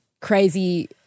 crazy